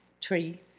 tree